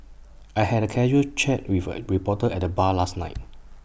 I had A casual chat with A reporter at the bar last night